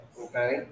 Okay